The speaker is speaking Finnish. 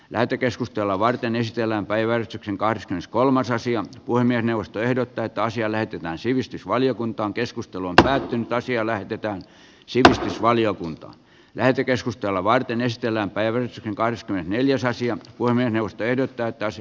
lähetekeskustelua varten esitellään päivän sankari s kolmas asia puhemiesneuvosto ehdottaa että asia näytetään sivistysvaliokuntaan keskustelun pelätyn tai siellä hoidetaan siitosvaliokunta lähetekeskustelua varten ystävänpäivän kahdeskymmenesneljäs asian puiminen johteiden käyttäisi